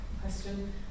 question